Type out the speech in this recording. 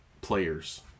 players